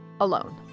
alone